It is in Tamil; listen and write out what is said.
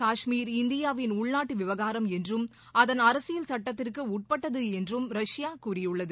காஷ்மீர் இந்தியாவின் உள்நாட்டு விவகாரம் என்றும் அதன் அரசியல் சுட்டத்திற்கு உட்பட்டது என்றும் ரஷ்யா கூறியுள்ளது